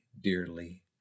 dearly